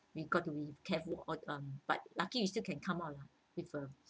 you got to be careful on um but lucky we still can come on lah with uh